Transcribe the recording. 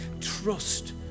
Trust